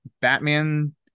Batman